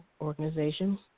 organization